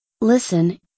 Listen